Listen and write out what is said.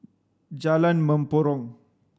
Jalan Mempurong